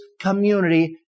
community